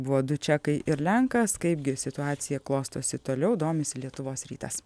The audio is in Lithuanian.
buvo du čekai ir lenkas kaipgi situacija klostosi toliau domisi lietuvos rytas